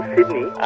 Sydney